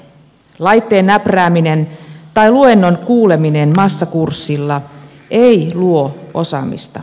laitteen näprääminen tai luennon kuuleminen massakurssilla ei luo osaamista